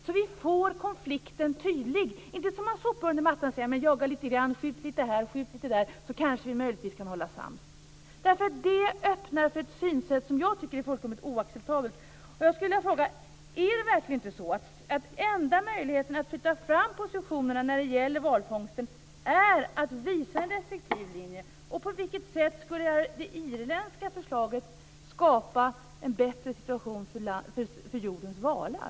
Därmed får vi konflikten tydlig i stället för att sopa det hela under mattan och säga: Jaga lite grann, skjut lite här och skjut lite där, så kanske vi kan hålla sams! Det öppnar för ett synsätt som jag tycker är fullkomligt oacceptabelt. Jag skulle vilja fråga: Är verkligen inte enda möjligheten att flytta fram positionerna när det gäller valfångsten att visa en restriktiv linje? På vilket sätt skulle det irländska förslaget skapa en bättre situation för jordens valar?